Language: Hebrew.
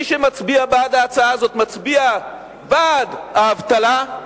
מי שמצביע בעד ההצעה הזאת מצביע בעד האבטלה,